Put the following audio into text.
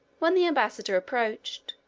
when the embassador approached,